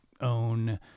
own